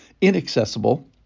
inaccessible